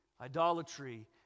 Idolatry